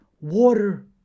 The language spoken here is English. water